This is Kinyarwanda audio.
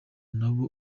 nabo